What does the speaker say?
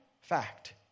fact